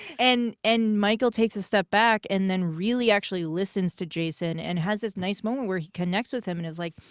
and and michael takes a step back and then really actually listens to jason and has this nice moment where he connects with him. and he's like,